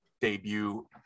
debut